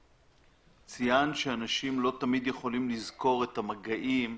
ציינת שאנשים לא תמיד יכולים לזכור את המגעים,